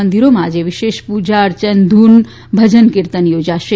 મંદીરોમાં આજે વિશેષ પુજા અર્ચન ધુન ભજન કીર્તન યોજાશે